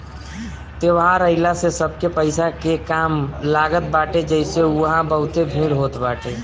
त्यौहार आइला से सबके पईसा के काम लागत बाटे जेसे उहा बहुते भीड़ होत हवे